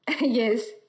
yes